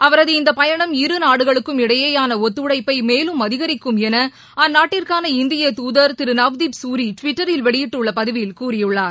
அவரது இந்த பயணம் இருநாடுகளுக்கும் இடையேயான ஒத்துழைப்பை மேலும் அதிகரிக்கும் என அந்நாட்டிற்கான இந்தியா தூதர் திரு நவ்தீப் சூரி டுவிட்டரில் வெளியிட்டுள்ள பதிவில் கூறியுள்ளார்